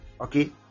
Okay